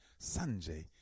Sanjay